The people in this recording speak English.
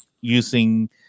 using